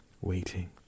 waiting